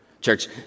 Church